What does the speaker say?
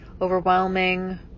overwhelming